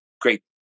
great